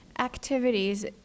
activities